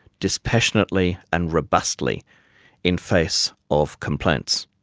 dispassionately and robustly in face of complaints.